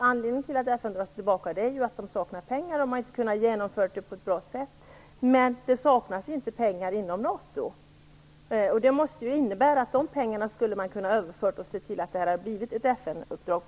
Anledningen till att FN drar sig tillbaka är att FN saknar pengar och inte hade kunnat genomföra operationen på ett bra sätt. Men det saknas inte pengar inom NATO, och det måste innebära att man skulle ha kunnat överföra pengar därifrån för att se till att det blivit ett FN-uppdrag.